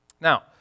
Now